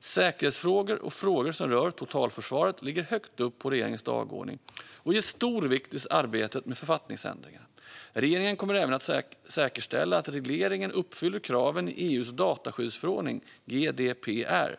Säkerhetsfrågor och frågor som rör totalförsvaret ligger högt på regeringens dagordning och ges stor vikt i arbetet med författningsändringarna. Regeringen kommer även att säkerställa att regleringen uppfyller kraven i EU:s dataskyddsförordning, GDPR.